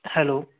hello